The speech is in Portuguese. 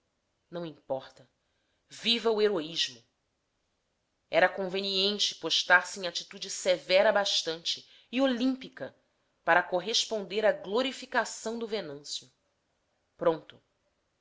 não importa viva o heroísmo era conveniente postar-se em atitude severa bastante e olímpica para corresponder à glorificação de venâncio pronto